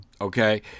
Okay